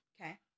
Okay